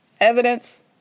evidence